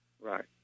Right